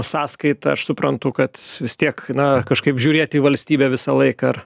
sąskaita aš suprantu kad vis tiek na kažkaip žiūrėti į valstybę visą laiką ar